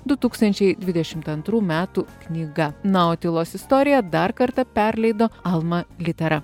du tūkstančiai dvidešimt antrų metų knyga na o tylos istoriją dar kartą perleido alma litera